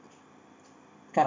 kind of